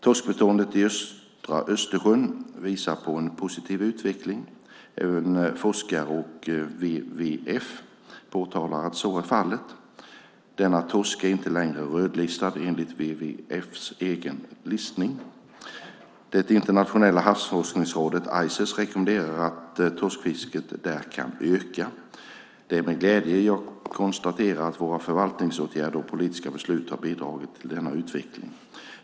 Torskbeståndet i östra Östersjön visar på en positiv utveckling. Även forskare och WWF påtalar att så är fallet. Denna torsk är inte längre rödlistad enligt WWF:s egen listning. Det internationella havsforskningsrådet Ices rekommenderar att torskfisket där kan öka. Det är med glädje jag konstaterar att våra förvaltningsåtgärder och politiska beslut har bidragit till denna utveckling.